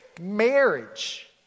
Marriage